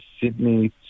Sydney